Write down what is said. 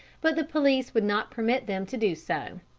but the police would not permit them to do so.